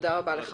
תודה רבה.